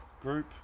group